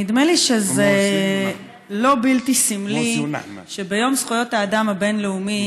נדמה לי שזה לא בלתי סמלי שביום זכויות האדם הבין-לאומי